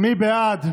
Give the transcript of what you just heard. מי בעד?